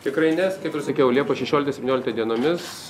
tikrai nes kaip ir sakiau liepos šešioliktą septynioliktą dienomis